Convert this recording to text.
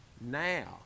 now